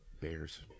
bears